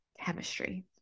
chemistry